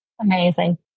Amazing